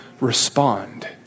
respond